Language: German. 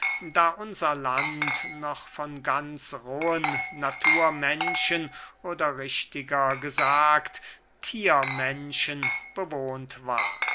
da unser land noch von ganz rohen naturmenschen oder richtiger gesagt thiermenschen bewohnt war